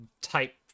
type